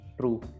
true